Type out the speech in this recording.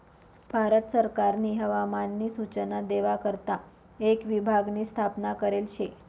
भारत सरकारनी हवामान नी सूचना देवा करता एक विभाग नी स्थापना करेल शे